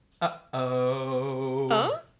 Uh-oh